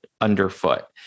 underfoot